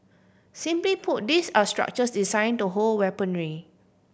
simply put these are structures design to hold weaponry